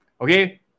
Okay